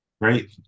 Great